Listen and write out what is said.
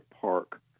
park